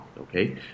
Okay